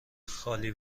خالی